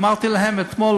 אמרתי להם אתמול,